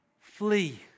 flee